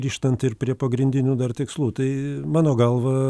grįžtant ir prie pagrindinių dar tikslų tai mano galva